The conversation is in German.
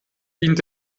dient